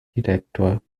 director